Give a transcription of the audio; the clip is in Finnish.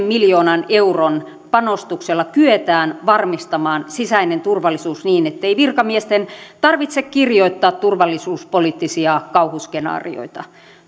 miljoonan euron panostuksella kyetään varmistamaan sisäinen turvallisuus niin ettei virkamiesten tarvitse kirjoittaa turvallisuuspoliittisia kauhuskenaarioita